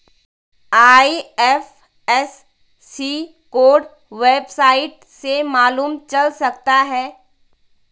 IFSC code website से मालूम चल सकता है